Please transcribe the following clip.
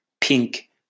pink